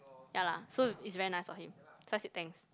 ya lah so is very nice of him so I said thanks